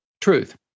truth